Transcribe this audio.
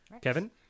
Kevin